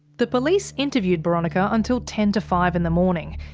the police interviewed boronika until ten to five in the morning,